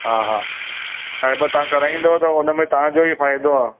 हा हा साहिबु तव्हां कराईंदौ त हुनमें तव्हांजो ई फ़ाइदो आहे